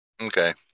Okay